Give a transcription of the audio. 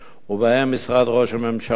ובהם משרד ראש הממשלה,